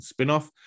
spinoff